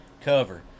cover